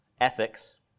ethics